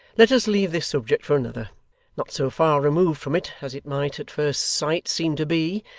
let us leave this subject for another not so far removed from it as it might, at first sight, seem to be.